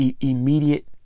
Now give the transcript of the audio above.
immediate